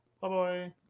bye-bye